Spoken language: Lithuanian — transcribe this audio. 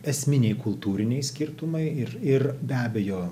esminiai kultūriniai skirtumai ir ir be abejo